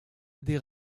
des